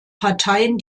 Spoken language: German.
parteien